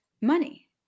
money